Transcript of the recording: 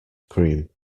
cream